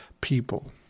people